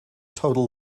total